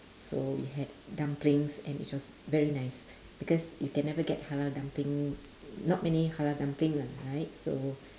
so we had dumplings and it was very nice because you can never get halal dumpling not many halal dumpling lah right so